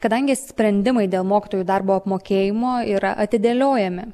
kadangi sprendimai dėl mokytojų darbo apmokėjimo yra atidėliojami